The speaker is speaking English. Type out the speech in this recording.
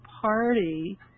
party